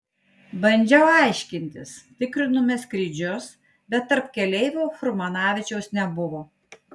bandžiau aiškintis tikrinome skrydžius bet tarp keleivių furmanavičiaus nebuvo